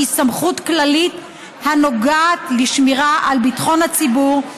שהיא סמכות כללית הנוגעת לשמירה על ביטחון הציבור,